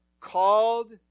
called